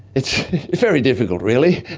it's very difficult really!